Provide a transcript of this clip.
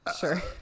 Sure